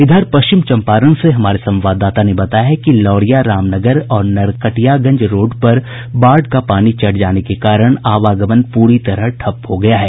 इधर पश्चिम चम्पारण से हमारे संवाददाता ने बताया है कि लौरिया रामनगर और नरकटियागंज रोड पर बाढ़ का पानी चढ़ जाने के कारण आवागमन पूरी तरह ठप हो गया है